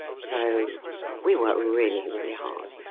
so we worked really really hard.